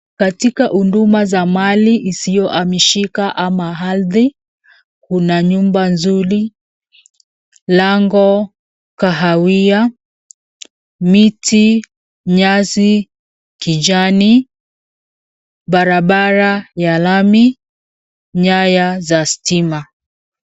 Katika huduma za mali isiyohamishika ama ardhi kuna nyumba nzuri, lango, kahawia, miti, nyasi, kijani, barabara ya lami, nyaya za stima.